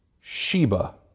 Sheba